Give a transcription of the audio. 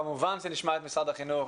כמובן שנשמע את משרד החינוך.